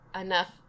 enough